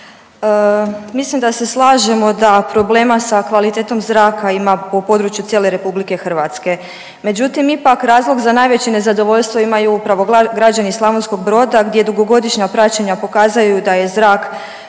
Mislim da se slažemo da problema sa kvalitetom zraka ima po području cijele RH. Međutim, ipak razlog za najveće zadovoljstvo imaju upravo građani Slavonskog Broda gdje dugogodišnja praćenja pokazuju da je zrak